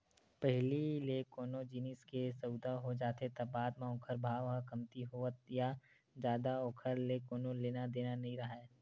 पहिली ले कोनो जिनिस के सउदा हो जाथे त बाद म ओखर भाव ह कमती होवय या जादा ओखर ले कोनो लेना देना नइ राहय